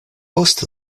post